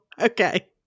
okay